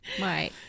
Right